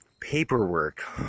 paperwork